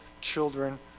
children